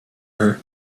her